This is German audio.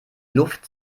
luft